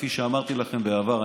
כפי שאמרתי לכם בעבר,